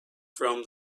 from